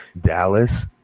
Dallas